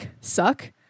suck